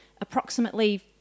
approximately